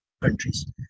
countries